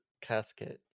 Casket